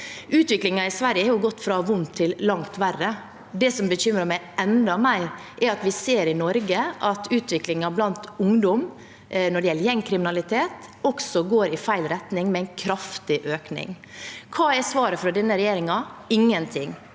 Utviklingen i Sverige har gått fra vondt til langt verre. Det som bekymrer meg enda mer, er at vi i Norge ser at utviklingen blant ungdom når det gjelder gjengkriminalitet, også går i feil retning, med en kraftig økning. Hva er svaret fra denne regjeringen? Ingenting.